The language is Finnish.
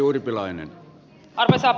arvoisa puhemies